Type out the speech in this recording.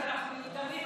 כשאנחנו מיותרים,